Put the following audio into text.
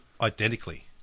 identically